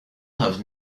have